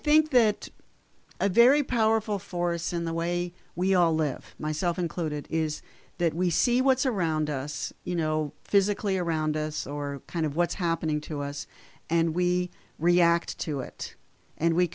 think that a very powerful force in the way we all live myself included is that we see what's around us you know physically around us or kind of what's happening to us and we react to it and we